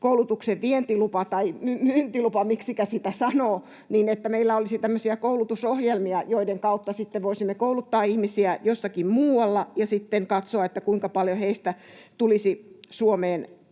— niin meillä olisi tämmöisiä koulutusohjelmia, joiden kautta voisimme kouluttaa ihmisiä jossakin muualla ja sitten katsoa, kuinka paljon heistä haluaisi tulla